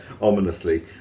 ominously